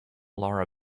laura